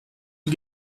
you